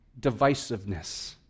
divisiveness